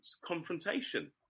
confrontation